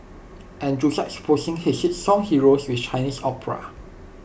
and juxtaposing his hit song heroes with Chinese opera